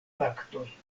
faktoj